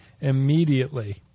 immediately